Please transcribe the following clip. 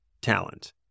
talent